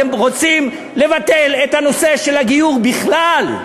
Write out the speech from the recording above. אתם רוצים לבטל את הנושא של הגיור בכלל,